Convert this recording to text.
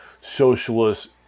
socialist